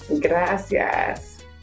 Gracias